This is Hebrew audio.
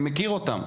אני מכיר אותם.